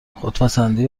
خودپسندی